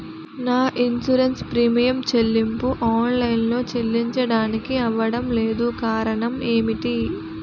నా insurance premium చెల్లింపు online లో చెల్లించడానికి అవ్వడం లేదు కారణం ఏమిటి?